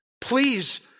Please